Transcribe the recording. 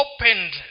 opened